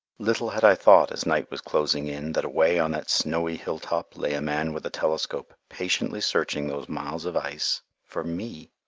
little had i thought, as night was closing in, that away on that snowy hilltop lay a man with a telescope patiently searching those miles of ice for me.